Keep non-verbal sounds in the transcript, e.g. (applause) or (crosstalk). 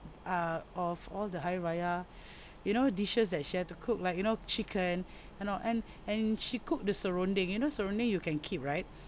uh of all the hari raya (breath) you know dishes that she like to cook like you know chicken and all and and she cook the serundeng you know serundeng you can keep right